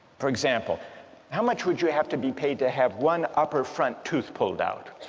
for example how much would you have to be paid to have one upper front tooth pulled out